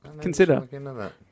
consider